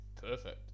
Perfect